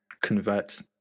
convert